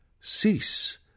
cease